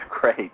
great